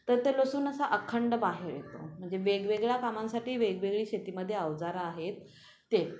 तर ते लसूण असा अखंड बाहेर येतो म्हणजे वेगवेगळ्या कामांसाठी वेगवेगळी शेतीमध्ये अवजारं आहेत ते